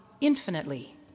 infinitely